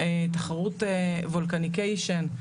תחרות וולקניקיישן,